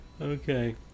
Okay